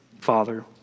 Father